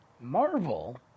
Marvel